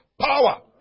power